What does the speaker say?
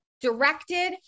directed